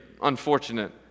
unfortunate